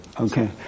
Okay